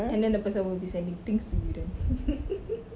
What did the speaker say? and then the person will be sending things to you then